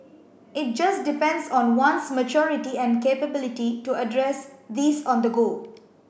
it just depends on one's maturity and capability to address these on the go